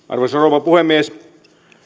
arvoisa rouva puhemies